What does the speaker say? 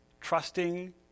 trusting